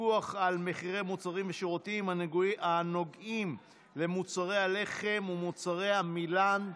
פיקוח על מחירי מוצרים ושירותים הנוגעים במוצרי הלחם ומוצרי העמילן.